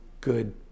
good